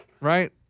Right